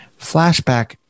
flashback